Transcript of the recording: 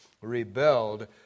rebelled